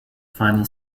final